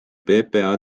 ppa